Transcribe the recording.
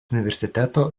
universiteto